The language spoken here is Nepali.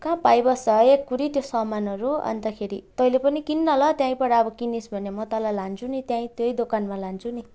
कहाँ पाइबस्छ है एकोहोरो त्यो सामानहरू अन्तखेरि तैँले पनि किन् न ल त्यहीँबाट अब किनिस् भने म तँलाई लान्छु नि त्यहीँ त्यही दोकानमा लान्छु नि